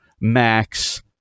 Max